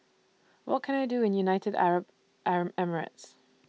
What Can I Do in United Arab Arab Emirates